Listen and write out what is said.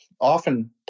often